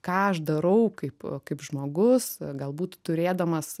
ką aš darau kaip kaip žmogus galbūt turėdamas